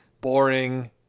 boring